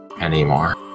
anymore